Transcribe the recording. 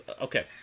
Okay